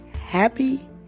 happy